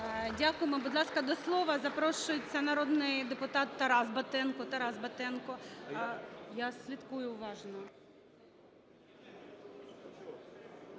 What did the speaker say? Дякуємо. Будь ласка, до слова запрошується народний депутат Тарас Батенко. Я слідкую уважно.